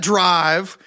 Drive